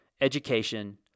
education